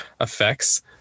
effects